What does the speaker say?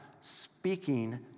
speaking